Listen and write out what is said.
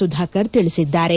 ಸುಧಾಕರ್ ತಿಳಿಸಿದ್ದಾರೆ